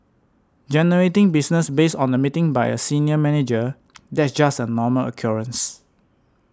generating business based on a meeting by a senior manager that's just a normal occurrence